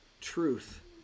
truth